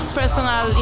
personal